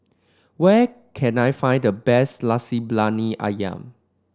where can I find the best Nasi Briyani ayam